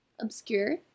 obscure